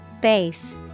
Base